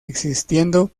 existiendo